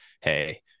hey